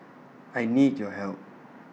I need your help